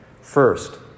First